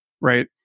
right